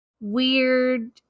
weird